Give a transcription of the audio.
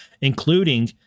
including